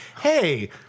Hey